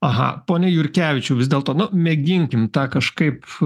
aha pone jurkevičiau vis dėlto nu mėginkim tą kažkaip